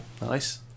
Nice